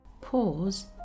Pause